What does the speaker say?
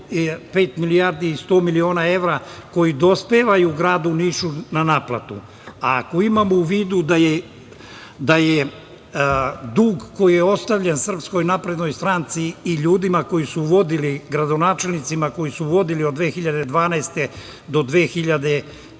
milijardi i 100 miliona evra koji dospevaju gradu Nišu na naplatu. Ako imamo u vidu da je dug koji je ostavljen SNS i ljudima koji su vodili, gradonačelnicima koji su vodili od 2012. do 2021.